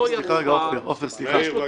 אתה יכול לאשר --- מאיר בבקשה.